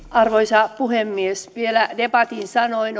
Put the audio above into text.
arvoisa puhemies vielä debatin sanoin